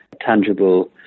tangible